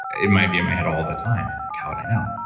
it might be in my head all the time and like how would i know?